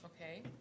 okay